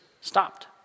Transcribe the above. stopped